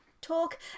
talk